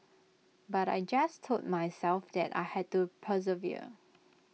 but I just told myself that I had to persevere